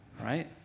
right